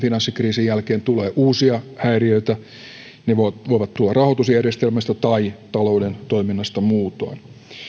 finanssikriisin jälkeen tulee uusia häiriöitä ne voivat voivat tulla rahoitusjärjestelmästä tai talouden toiminnasta muutoin